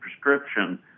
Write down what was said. prescription